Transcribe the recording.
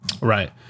Right